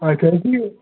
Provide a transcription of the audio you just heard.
ꯉꯁꯥꯏꯒꯤ